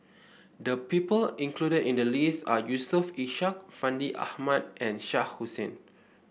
the people included in the list are Yusof Ishak Fandi Ahmad and Shah Hussain